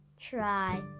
try